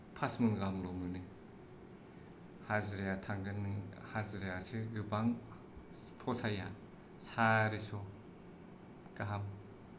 फास मन गाहामल' मोनो हाजिराया थांगोन नों हाजिरायासो गोबां फसाया सारिस' गाहाम